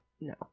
No